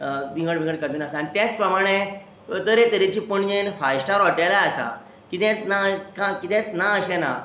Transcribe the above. विंगड विंगड कजिनो आसा आनी तेच प्रमाणे तरेतरेची पणजेन फाय स्टार हॉटेलां आसा कितेंच ना कितेंच ना अशें ना